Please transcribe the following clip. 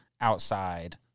outside